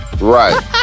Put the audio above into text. Right